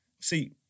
See-